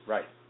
Right